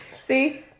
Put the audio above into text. See